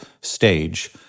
stage